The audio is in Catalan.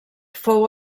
fou